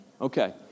Okay